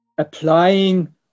applying